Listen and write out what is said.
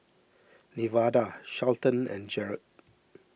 Nevada Shelton and Jerod